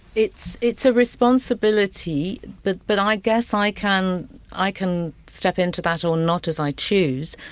it's it's a responsibility but but i guess i can i can step into that or not, as i choose.